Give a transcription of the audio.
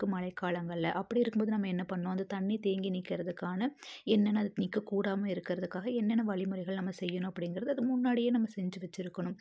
மழைக்காலங்கள்ல அப்படி இருக்கும் போது நம்ம என்ன பண்ணணும் அந்த தண்ணி தேங்கி நிக்கிறதுக்கான என்னென்ன அது நிற்க கூடாமல் இருக்கிறதுக்காக என்னென்ன வழிமுறைகள் நம்ம செய்யணும் அப்படிங்கிறது அது முன்னாடியே நம்ம செஞ்சு வச்சிருக்கணும்